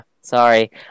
sorry